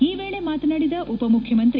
ಈ ವೇಳೆ ಮಾತನಾಡಿದ ಉಪ ಮುಖ್ಯಮಂತ್ರಿ